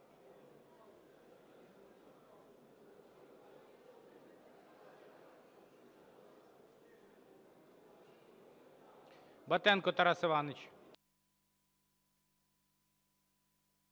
Батенко Тарас Іванович.